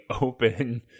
open